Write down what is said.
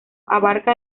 abarca